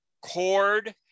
cord